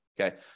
Okay